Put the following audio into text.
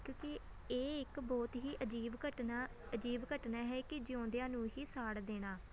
ਕਿਉਂਕਿ ਇਹ ਇੱਕ ਬਹੁਤ ਹੀ ਅਜੀਬ ਘਟਨਾ ਅਜੀਬ ਘਟਨਾ ਹੈ ਕਿ ਜਿਉਂਦਿਆਂ ਨੂੰ ਹੀ ਸਾੜ ਦੇਣਾ